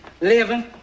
Living